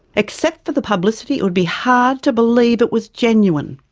except for the publicity, it would be hard to believe it was genuine.